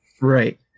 Right